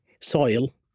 soil